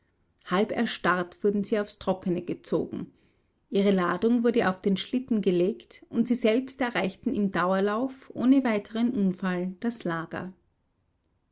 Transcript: halb erstarrt wurden sie aufs trockene gezogen ihre ladung wurde auf den schlitten gelegt und sie selbst erreichten im dauerlauf ohne weiteren unfall das lager